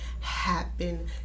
happen